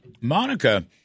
Monica